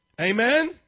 Amen